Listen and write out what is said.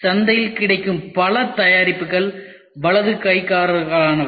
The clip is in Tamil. சந்தையில் கிடைக்கும் பல தயாரிப்புகள் வலது கைக்காரர்களுக்கானவை